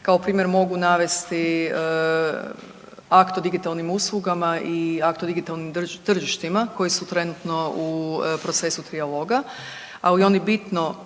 Kao primjer mogu navesti akt o digitalnim uslugama i akt o digitalnim tržištima koji su trenutno u procesu trijaloga, ali oni bitno